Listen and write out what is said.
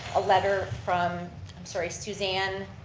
a letter from um sort of suzanne.